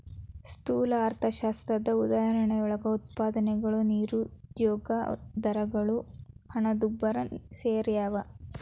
ಸ್ಥೂಲ ಅರ್ಥಶಾಸ್ತ್ರದ ಉದಾಹರಣೆಯೊಳಗ ಉತ್ಪಾದನೆಗಳು ನಿರುದ್ಯೋಗ ದರಗಳು ಹಣದುಬ್ಬರ ಸೆರ್ಯಾವ